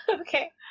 Okay